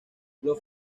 los